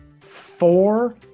four